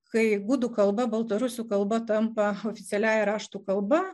kai gudų kalba baltarusių kalba tampa oficialiąja raštų kalba